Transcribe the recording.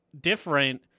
different